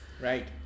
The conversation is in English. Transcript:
right